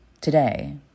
today